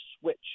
switch